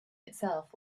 itself